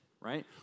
right